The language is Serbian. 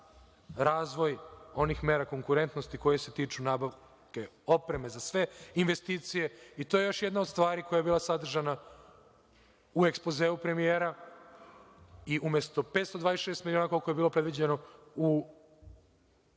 razvoj onih mera konkurentnosti koje se tiču nabavke opreme za sve investicije. I to je još jedna od stvari koja je bila sadržana u ekspozeu premijera. Umesto 526 miliona, koliko je bilo predviđeno u